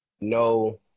no